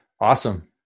Awesome